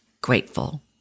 grateful